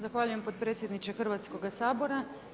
Zahvaljujem potpredsjedniče Hrvatskoga sabora.